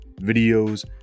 videos